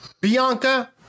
Bianca